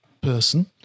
person